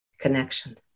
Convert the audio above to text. connection